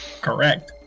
Correct